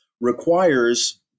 requires